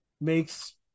makes